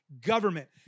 government